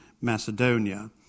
Macedonia